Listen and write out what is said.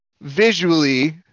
visually